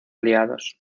aliados